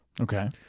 Okay